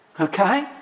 okay